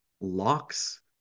locks